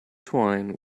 twine